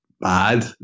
Bad